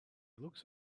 looks